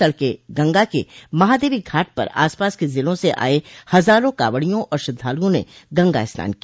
तड़के गंगा के महादेवी घाट पर आस पास के जिलों से आये हजारों कावड़ियों और श्रद्धालुओं ने गंगा स्नान किया